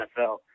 NFL